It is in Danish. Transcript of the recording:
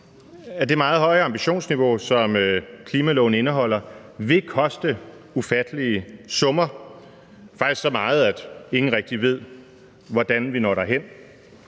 at det meget høje ambitionsniveau, som klimaloven indeholder, vil koste ufattelige summer – faktisk så meget, at ingen rigtig ved, hvordan vi når derhen.